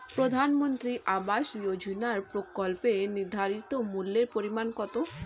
প্রধানমন্ত্রী আবাস যোজনার প্রকল্পের নির্ধারিত মূল্যে পরিমাণ কত?